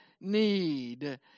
need